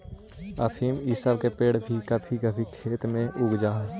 अफीम इ सब के पेड़ भी कभी कभी खेत में उग जा हई